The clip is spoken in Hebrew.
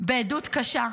בעדות קשה,